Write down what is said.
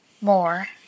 more